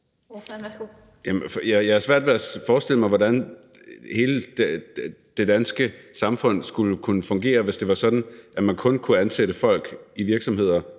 Jeg har svært ved at forestille mig, hvordan hele det danske samfund skulle kunne fungere, hvis det var sådan, at man kun kunne ansætte folk i virksomheder